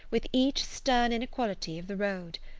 with each stern inequality of the road.